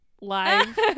live